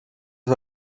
did